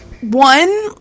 one